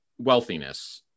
wealthiness